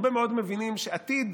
הרבה מאוד מבינים שעתיד,